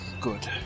good